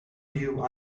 you